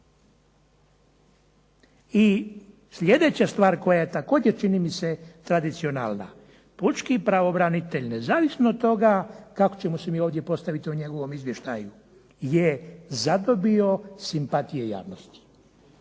I sljedeća stvar koja je također čini mi se tradicionalna. Pučki pravobranitelj nezavisno od toga kako ćemo se mi ovdje postaviti u njegovom izvještaju je zadobio simpatije javnosti.